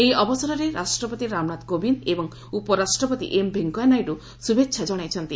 ଏହି ଅବସରରେ ରାଷ୍ଟ୍ରପତି ରାମନାଥ କୋବିନ୍ଦ ଏବଂ ଉପରାଷ୍ଟ୍ରପତି ଏମ୍ ଭେଙ୍କିୟା ନାଇଡୁ ଶୁଭେଚ୍ଛା ଜଣାଇଛନ୍ତି